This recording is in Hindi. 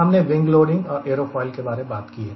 हमने विंग लोडिंग और एयरोफॉयल के बारे बात की है